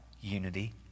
unity